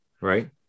right